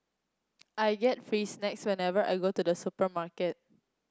I get free snacks whenever I go to the supermarket